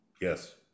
Yes